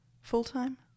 full-time